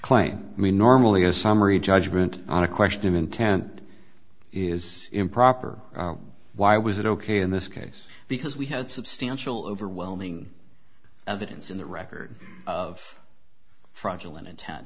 claim i mean normally a summary judgment on a question of intent is improper why was it ok in this case because we had substantial overwhelming evidence in the record of fraudulent inten